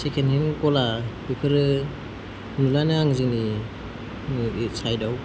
second hand गला बेफोरो नुलानो आङो जोंनि साइडआव